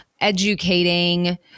educating